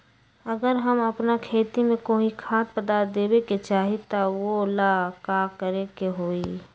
अगर हम अपना खेती में कोइ खाद्य पदार्थ देबे के चाही त वो ला का करे के होई?